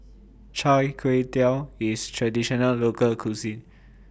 Chai Tow Kuay IS A Traditional Local Cuisine